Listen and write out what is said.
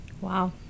Wow